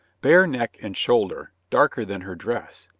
bare neck and shoulder, darker than her dress,